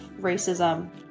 racism